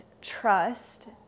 trust